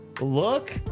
Look